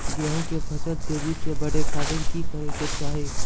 गेहूं के फसल तेजी से बढ़े खातिर की करके चाहि?